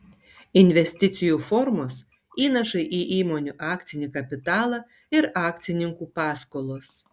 investicijų formos įnašai į įmonių akcinį kapitalą ir akcininkų paskolos